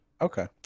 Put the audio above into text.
Okay